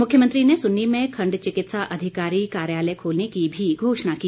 मुख्यमंत्री ने सुन्नी में खण्ड चिकित्सा अधिकारी कार्यालय खोलने की भी घोषणा की